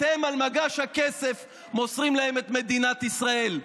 אתם, על מגש הכסף מוסרים להם את מדינת ישראל.